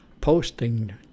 posting